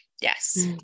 Yes